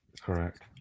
Correct